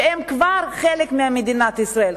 שהם כבר חלק ממדינת ישראל,